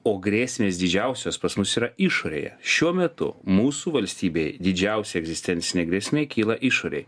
o grėsmės didžiausios pas mus yra išorėje šiuo metu mūsų valstybei didžiausia egzistencinė grėsmė kyla išorėj